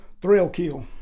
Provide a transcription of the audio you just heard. Thrillkill